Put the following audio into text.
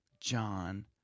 John